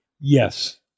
Yes